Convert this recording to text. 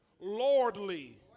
Lordly